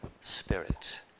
spirit